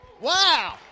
Wow